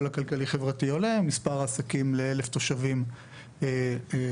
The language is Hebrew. החברתי-כלכלי עולה מספר העסקים ל-1,000 תושבים עולה.